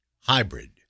hybrid